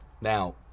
Now